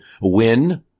win